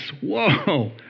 Whoa